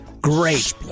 great